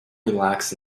relax